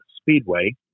Speedway